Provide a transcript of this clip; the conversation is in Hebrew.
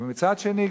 אבל מצד שני,